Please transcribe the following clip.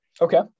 okay